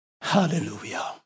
Hallelujah